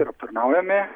ir aptarnaujame